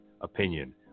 opinion